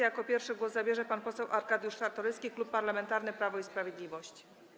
Jako pierwszy głos zabierze pan poseł Arkadiusz Czartoryski, Klub Parlamentarny Prawo i Sprawiedliwość.